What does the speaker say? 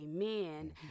Amen